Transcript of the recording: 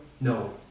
No